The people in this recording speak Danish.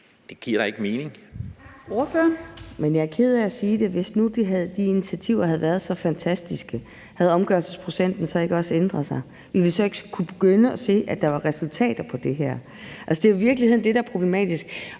Det giver da ikke mening.